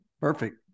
Perfect